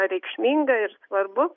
reikšminga ir svarbu